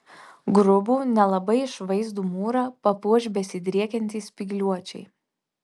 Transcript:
grubų nelabai išvaizdų mūrą papuoš besidriekiantys spygliuočiai